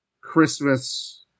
Christmas